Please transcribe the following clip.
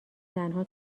زنها